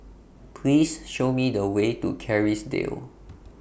Please Show Me The Way to Kerrisdale